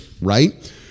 right